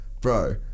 bro